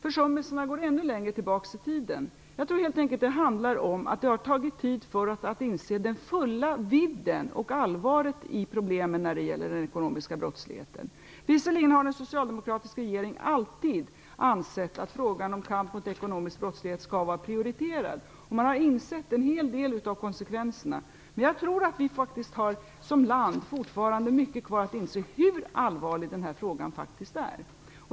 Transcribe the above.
Försummelserna går ännu längre tillbaka i tiden. Jag tror att det helt enkelt handlar om att det har tagit tid för oss att inse den fulla vidden av och allvaret i problemen med den ekonomiska brottsligheten. Visserligen har socialdemokratiska regeringar alltid ansett att frågan om kamp mot ekonomisk brottslighet skall prioriteras. Man har insett en hel del av konsekvenserna. Men jag tror faktiskt att vi som land fortfarande har mycket kvar när det gäller att inse hur allvarlig denna fråga faktiskt är.